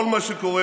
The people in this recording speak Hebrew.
כל מה שקורה,